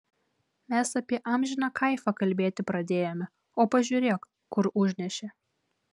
mes apie amžiną kaifą kalbėti pradėjome o pažiūrėk kur užnešė